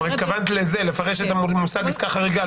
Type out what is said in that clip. התכוונת לפרש את המושג עסקה חריגה,